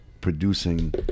producing